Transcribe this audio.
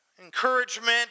Encouragement